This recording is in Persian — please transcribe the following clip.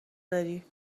داری